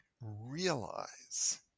realize